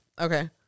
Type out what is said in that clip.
okay